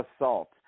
assault